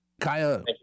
Kaya